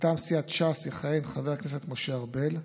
מטעם סיעת ש"ס יכהן חבר הכנסת משה ארבל,